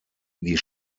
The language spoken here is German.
wie